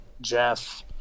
Jeff